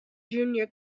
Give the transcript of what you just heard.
junior